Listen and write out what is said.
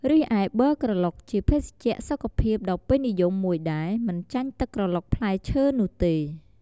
រីឯប័រក្រឡុកជាភេសជ្ជៈសុខភាពដ៏ពេញនិយមមួយដែរ មិនចាញ់ទឹកក្រឡុកផ្លែឈើនោះទេ។